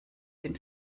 dem